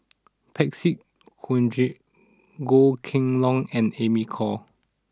Parsick Joaquim Goh Kheng Long and Amy Khor